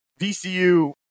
VCU